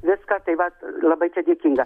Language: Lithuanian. viską tai vat labai čia dėkinga